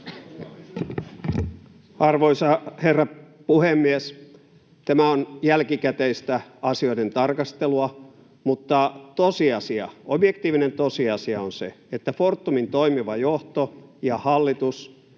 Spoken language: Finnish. Arvoisa herra puhemies! Tämä on jälkikäteistä asioiden tarkastelua, mutta tosiasia, objektiivinen tosiasia, on se, että Fortumin toimiva johto ja hallitus